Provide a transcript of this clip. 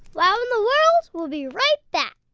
wow in the world will be right back.